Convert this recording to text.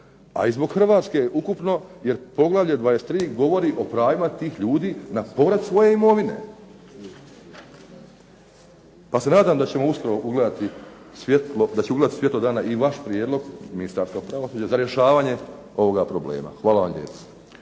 a i zbog Hrvatske ukupno jer poglavlje 23. govori o pravima tih ljudi na povrat svoje imovine. Pa se nadam da ćemo uskoro ugledati svjetlo dana i vaš prijedlog, Ministarstva pravosuđa, za rješavanje ovoga problema. Hvala vam lijepo.